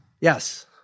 Yes